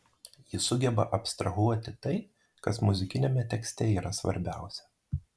ji sugeba abstrahuoti tai kas muzikiniame tekste yra svarbiausia